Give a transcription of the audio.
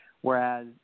Whereas